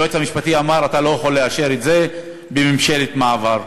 היועץ המשפטי אמר: אתה לא יכול לאשר את זה בממשלת מעבר.